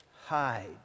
hide